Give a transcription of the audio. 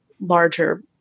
larger